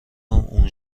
اون